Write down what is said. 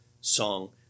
song